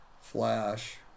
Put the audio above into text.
Flash